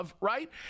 right